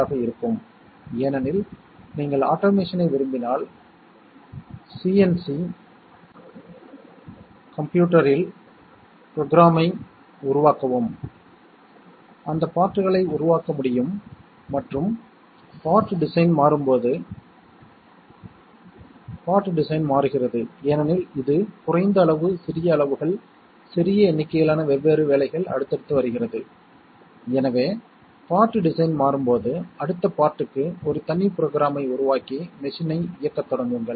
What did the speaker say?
உங்கள் இருவரிடமும் உங்கள் டிக்கெட்டுகள் உள்ளன என்று வைத்துக்கொள்வோம் வாசல்காரர் உங்களைக் கடந்து செல்ல அனுமதிக்கிறார் உங்களில் ஒருவரிடம் மட்டுமே டிக்கெட் உள்ளது எனில் அவர் மிகவும் மென்மையானவர் என்பதால் அவர் உங்களைக் கடந்து செல்ல அனுமதிக்கிறார் ஆனால் உங்கள் இருவரிடமும் டிக்கெட் இல்லை என்றால் அவர் உங்களை அனுமதிக்க மறுக்கிறார் இது A OR B ஆகும்